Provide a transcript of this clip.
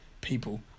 people